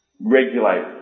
Regulate